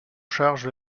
charge